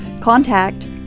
contact